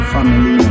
Family